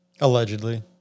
Allegedly